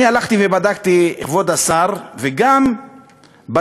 אני הלכתי ובדקתי, כבוד השר, וגם בתורה,